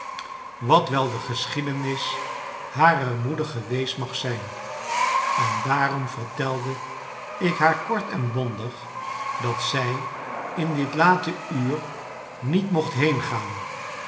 wat wel de geschiedenis harer moeder geweest mag zijn en daarom vertelde ik haar kort en bondig dat zij in dit late uur niet mocht heengaan